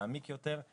מעמיק יותר.